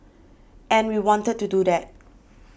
and we wanted to do that